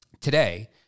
Today